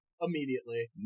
immediately